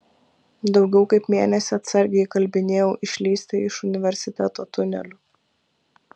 daugiau kaip mėnesį atsargiai įkalbinėjau išlįsti iš universiteto tunelių